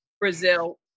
Brazil